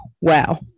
Wow